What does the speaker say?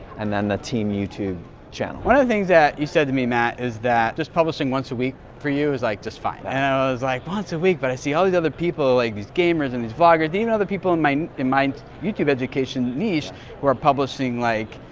and then the team youtube channel. one of the things that you said to me, matt, is that just publishing once a week for you is, like, just fine, and i was like, once a week? but i see all these other people, like, these gamers and these vloggers and even other people in my in my youtube education niche who are publishing, like,